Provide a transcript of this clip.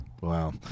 Wow